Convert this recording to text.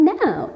now